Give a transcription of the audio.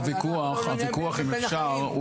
הוויכוח אם אפשר,